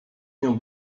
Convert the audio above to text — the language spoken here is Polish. nią